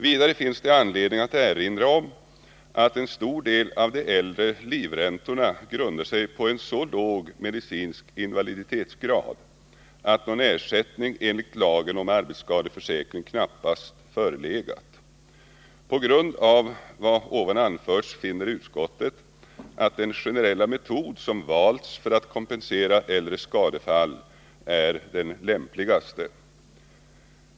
Vidare finns det anledning att erinra om att en stor del av de äldre livräntorna grundar sig på en så låg medicinsk invaliditetsgrad att någon ersättning enligt lagen om arbetsskadeförsäkring knappast förelegat. På grundval av vad som nu har anförts finner utskottet att den generella metod som har valts för att kompensera äldre skadefall är den lämpligaste.